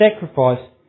sacrifice